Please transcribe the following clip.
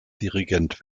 dirigent